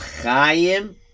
Chaim